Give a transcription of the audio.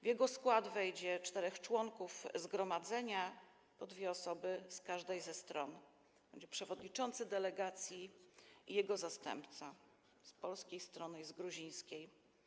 W jego skład wejdzie czterech członków zgromadzenia, po dwie osoby z każdej ze stron, będą to przewodniczący delegacji i jego zastępca ze stron polskiej i z gruzińskiej.